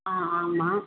ஆ ஆமாம்